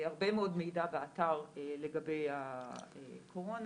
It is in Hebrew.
הרבה מאוד מידע באתר לגבי הקורונה.